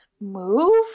move